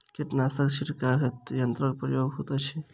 कीटनासक छिड़काव हेतु केँ यंत्रक प्रयोग होइत अछि?